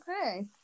Okay